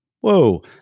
Whoa